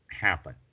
happen